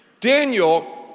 Daniel